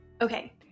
Okay